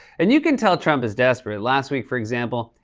and you can tell trump is desperate. last week, for example,